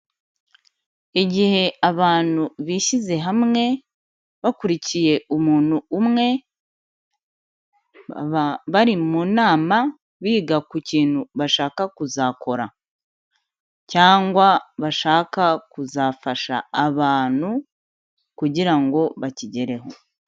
Igihe abanu bishyize hamwe, bakurikiye umuntu umwe, baba bari mu nama biga ku kintu bashaka kuzakora, cyangwa bashaka kuzafasha abantu, kugira ngo bakigereho.